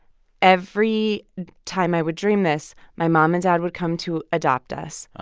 every time i would dream this, my mom and dad would come to adopt us.